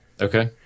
Okay